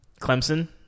Clemson